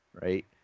Right